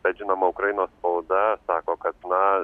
bet žinoma ukrainos spauda sako kad na